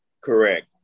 Correct